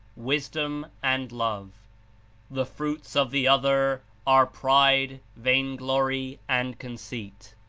wisdom and love the fruits of the other are pride, vainglory and conceit.